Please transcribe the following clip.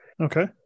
Okay